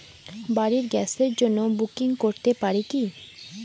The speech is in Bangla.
বাড়ির গ্যাসের জন্য বুকিং করতে পারি কি?